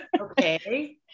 okay